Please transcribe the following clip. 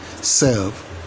serve